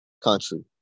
country